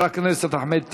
חבר הכנסת אחמד טיבי,